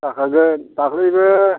जाखागोन दाख्लैबो